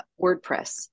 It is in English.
WordPress